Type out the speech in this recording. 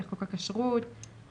יהודה, רציתם להבהיר את הנושא הזה.